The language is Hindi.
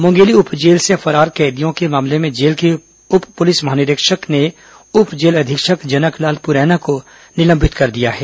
मुंगेली उपजेल से फरार कैदियों के मामले में जेल के पुलिस उप महानिरीक्षक ने उप जेल अधीक्षक जनक लाल पुरैना को निलंबित कर दिया है